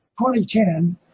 2010